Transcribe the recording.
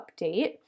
update